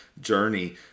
journey